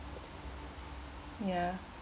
ya